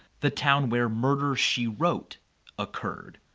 the town where murder she wrote occurred.